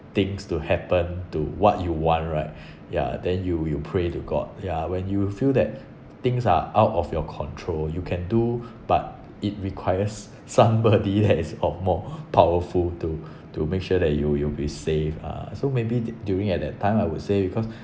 things to happen to what you want right ya then you you pray to god yeah when you feel that things are out of your control you can do but it requires somebody that is of more powerful to to make sure that you you'll be safe lah so maybe the during at that time I would say because